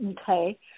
Okay